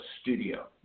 studio